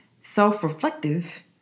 self-reflective